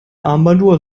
armbanduhr